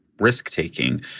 risk-taking